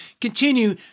continue